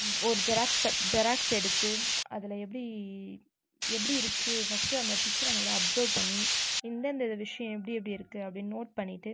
ஒரு xerox paper xerox எடுத்து அதில் எப்படி எப்படி இருக்குது ஃபஸ்ட் அந்த பிக்சரை நல்லா அப்சர்வ் பண்ணி எந்தெந்தது விஷயம் எப்படி எப்படி இருக்கு அப்படின் நோட் பண்ணிட்டு